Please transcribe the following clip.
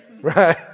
right